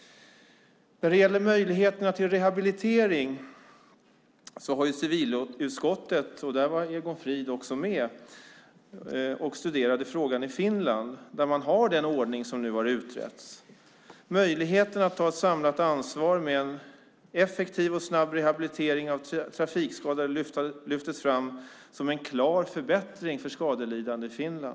När det gäller möjligheterna till rehabilitering har civilutskottet - Egon Frid var med - studerat frågan i Finland där man har den ordning som nu utretts. Möjligheten att ta ett samlat ansvar med en effektiv och snabb rehabilitering av trafikskadade lyftes i Finland fram som en klar förbättring för skadelidande.